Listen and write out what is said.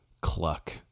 cluck